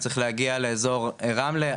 אני צריך להגיע לאזור רמלה,